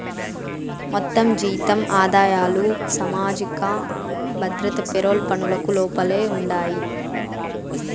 మొత్తం జీతం ఆదాయాలు సామాజిక భద్రత పెరోల్ పనులకు లోపలే ఉండాయి